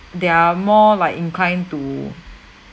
they're more like inclined to